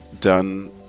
done